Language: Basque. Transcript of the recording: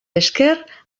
esker